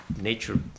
nature